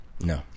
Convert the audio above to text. No